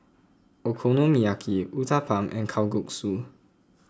where is Okonomiyaki Uthapam and Kalguksu